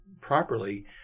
properly